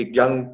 young